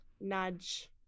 nudge